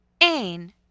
Ain